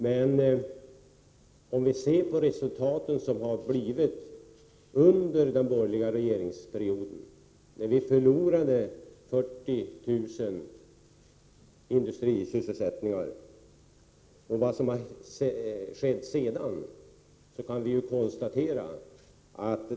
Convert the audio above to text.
Men se på vad som skedde under den borgerliga regeringsperioden, när vi förlorade 40 000 arbetstillfällen inom industrin, och vad som har skett sedan!